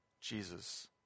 Jesus